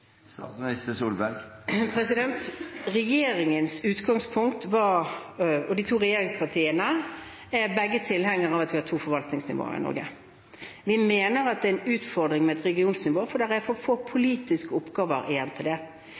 de to regjeringspartiene var at begge er tilhengere av at vi har to forvaltningsnivåer i Norge. Vi mener det er en utfordring med et regionsnivå, for det er for få politiske oppgaver igjen til det.